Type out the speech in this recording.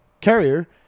Carrier